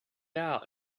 out